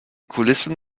kulissen